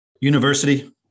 university